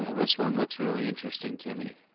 and this one looks really interesting to me.